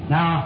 Now